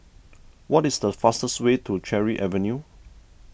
what is the fastest way to Cherry Avenue